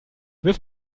wirf